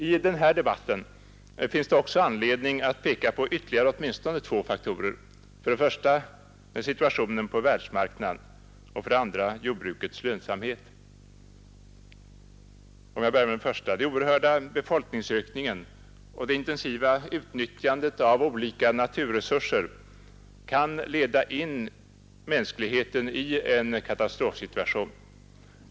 I denna debatt finns det också anledning peka på ytterligare åtminstone två faktorer, för det första situationen på världsmarknaden och för det andra jordbrukets lönsamhet. Jag börjar med den första. Den oerhörda befolkningsökningen och det intensiva utnyttjandet av olika naturresurser kan leda in mänskligheten i en katastrofsituation.